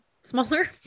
smaller